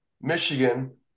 Michigan